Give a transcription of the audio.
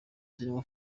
zirimo